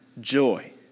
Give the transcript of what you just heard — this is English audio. joy